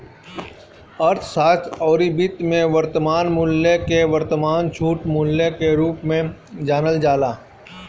अर्थशास्त्र अउरी वित्त में वर्तमान मूल्य के वर्तमान छूट मूल्य के रूप में जानल जाला